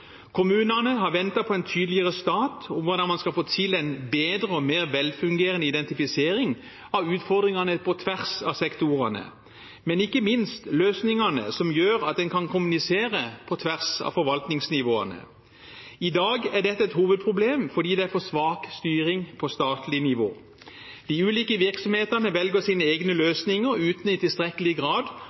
Kommunene har ventet på en tydeligere stat om hvordan man skal få til en bedre og mer velfungerende identifisering av utfordringene på tvers av sektorene, men ikke minst løsningene som gjør at en kan kommunisere på tvers av forvaltningsnivåene. I dag er dette et hovedproblem fordi det er for svak styring på statlig nivå. De ulike virksomhetene velger sine egne løsninger uten i tilstrekkelig grad